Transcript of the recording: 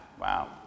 Wow